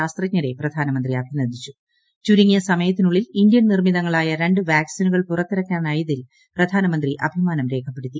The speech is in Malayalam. ശാസ്ത്രജ്ഞരെ പ്രധാനമന്ത്രി ചുരുങ്ങിയ സമയത്തിനുള്ളിൽ ഇന്ത്യൻ നിർമിതങ്ങളായ രണ്ട് വാക്സിനുകൾ പുറത്തിറക്കാനായതിൽ പ്രധാനമന്ത്രി അഭിമാനം രേഖപ്പെടുത്തി